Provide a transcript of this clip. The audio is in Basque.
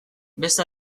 beste